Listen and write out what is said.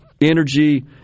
energy